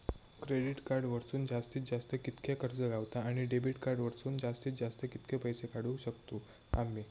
Credit card वरसून जास्तीत जास्त कितक्या कर्ज गावता, आणि डेबिट कार्ड वरसून जास्तीत जास्त कितके पैसे काढुक शकतू आम्ही?